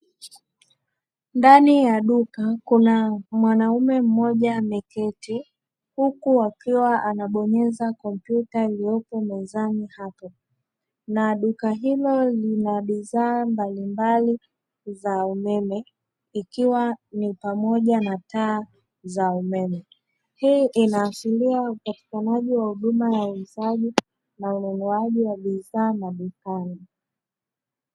Nsani ya duka kuna mwanaume mmoja ameketi, huku akiwa anabonyeza kompyuta iliyopo mezani hapo, na duka hilo linabidhaa mbalimbali za umeme ikiwa ni pamoja na taa za umeme. Hii inahashiria upatikanaji ya bidhaa ya uuzaji na ununuaji wa bidhaa madukani.